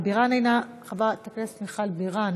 חברת הכנסת מיכל בירן,